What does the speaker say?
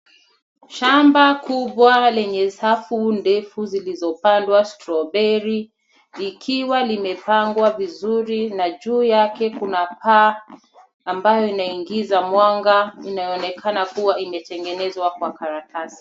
Shamba kubwa lenye safu ndefu zilizopandwa strawberry , ikiwa limepangwa vizuri, na juu yake kuna paa ambayo inaingiza mwanga, inayoonekana kua imetengenezwa kwa karatasi.